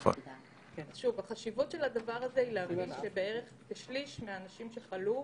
במיקומים שהיה החולה המאומת שפרטיו הועברו